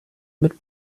mit